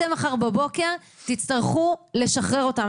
אתם מחר בבוקר תצטרכו לשחרר אותם.